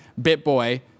BitBoy